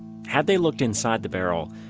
had they looked inside the barrel,